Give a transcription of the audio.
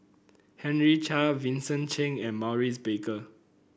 Henry Chia Vincent Cheng and Maurice Baker